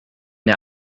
der